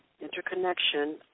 interconnection